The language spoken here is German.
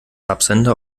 absender